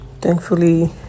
Thankfully